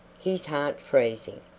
his heart freezing.